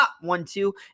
one-two